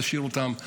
להשאיר אותם.